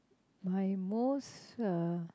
my most uh